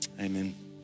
amen